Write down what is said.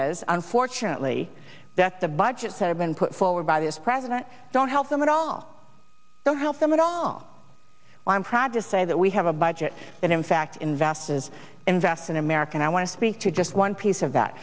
is unfortunately that the budgets have been put forward by this president don't help them at all the help them at all i'm proud to say that we have a budget that in fact investors invest in america and i want to speak to just one piece of that